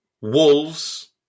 Wolves